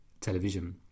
television